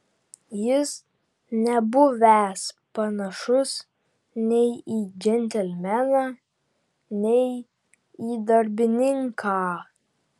jis nebuvęs panašus nei į džentelmeną nei į darbininką